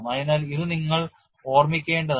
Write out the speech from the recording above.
അതിനാൽ ഇത് നിങ്ങൾ ഓർമ്മിക്കേണ്ടതാണ്